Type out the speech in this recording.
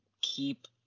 keep